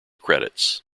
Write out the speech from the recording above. credits